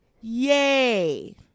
Yay